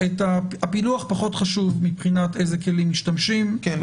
הפילוח פחות חשוב מבחינת איזה כלים משתמשים --- כן.